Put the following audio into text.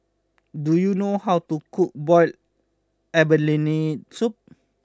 do you know how to cook Boiled Abalone Soup